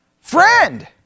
Friend